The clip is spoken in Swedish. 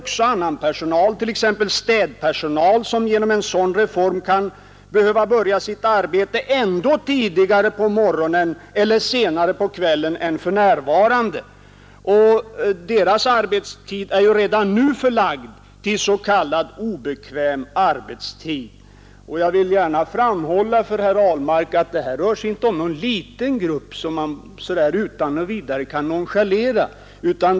Vidare kommer städpersonalen till följd av en sådan reform att behöva börja sitt arbete ännu tidigare på morgonen eller senare på kvällen. Denna personals arbetstid är redan nu förlagd till s.k. obekväm arbetstid. Jag vill gärna framhålla för herr Ahlmark att det inte rör sig om någon liten grupp som man utan vidare kan bortse ifrån.